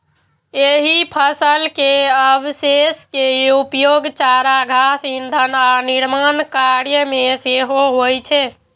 एहि फसल के अवशेष के उपयोग चारा, घास, ईंधन आ निर्माण कार्य मे सेहो होइ छै